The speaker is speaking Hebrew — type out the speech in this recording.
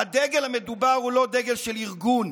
הדגל המדובר הוא לא דגל של ארגון,